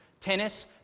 tennis